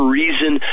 reason